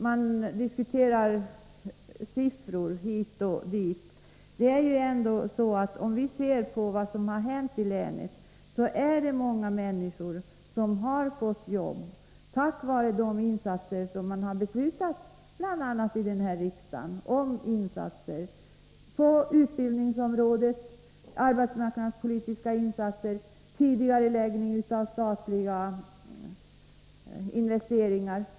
Man diskuterar siffror hit och dit. Men om vi ser på vad som har hänt i länet, finner vi att många människor har fått jobb, tack vare de insatser som har beslutats, bl.a. i riksdagen. Det är insatser på utbildningsområdet, arbetsmarknadspolitiska insatser och tidigareläggning av statliga investeringar.